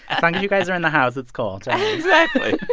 as long as you guys are in the house, it's cool exactly